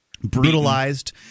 brutalized